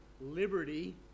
liberty